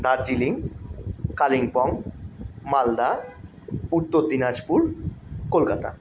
Darjeeling Kalimpong Malda Uttar Dinajpur Kolkata